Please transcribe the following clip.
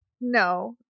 No